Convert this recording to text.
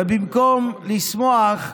ובמקום לשמוח,